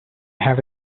have